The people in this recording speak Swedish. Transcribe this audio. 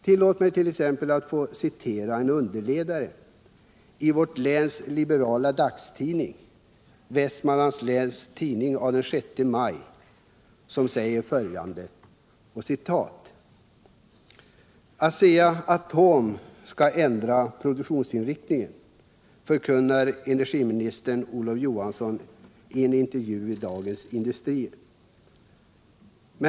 Tillåt mig att citera en underledare i vårt läns liberala dagstidning Vestmanlands Läns Tidning av den 6 maj, där det heter följande: ”Asea-Atom skall ändra produktionsinriktning, förkunnar energiminister Olof Johansson i en intervju i Dagens Industri.